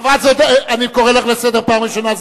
אני קורא אותך לסדר פעם ראשונה.